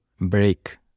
break